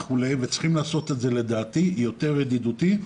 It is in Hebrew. צריכים לעשות את זה לדעתי באופן יותר ידידותי.